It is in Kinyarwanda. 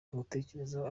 agutekerezaho